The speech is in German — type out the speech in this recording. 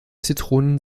zitronen